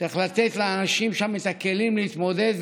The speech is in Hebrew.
צריך לתת לאנשים שם את הכלים להתמודד,